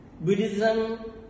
Buddhism